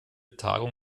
tagung